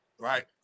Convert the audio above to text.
Right